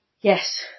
Yes